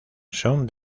son